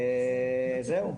וזהו.